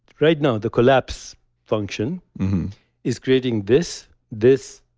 right now the collapse function is creating this, this,